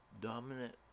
dominant